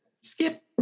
skip